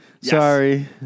Sorry